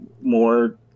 more